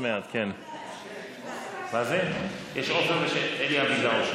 עוד שניים, עופר ואלי אבידר.